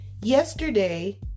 Yesterday